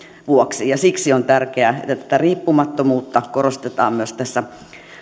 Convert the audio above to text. vuoksi siksi on tärkeää että tätä riippumattomuutta korostetaan myös tässä